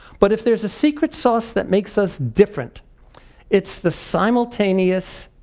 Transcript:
but if there's a secret sauce that makes us different it's the simultaneous,